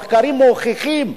המחקרים מוכיחים,